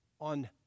on